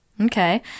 Okay